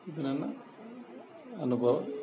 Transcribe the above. ಇದು ನನ್ನ ಅನುಭವ